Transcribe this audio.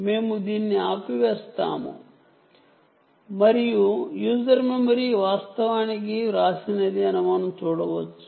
మేము దీన్ని ఆపివేస్తాము మరియు యూజర్ మెమరీ వాస్తవానికి వ్రాసినది అని మనం చూడవచ్చు